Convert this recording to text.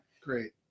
Great